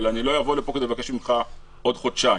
אבל אני לא אבוא לפה כדי לבקש ממך עוד חודשיים.